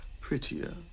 prettier